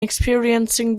experiencing